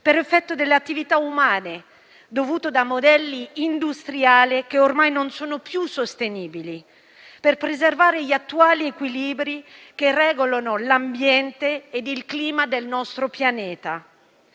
per effetto delle attività umane, dovute a modelli industriali ormai non più sostenibili per preservare gli attuali equilibri che regolano l'ambiente e il clima del nostro pianeta.